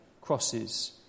crosses